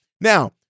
Now